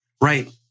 Right